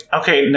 okay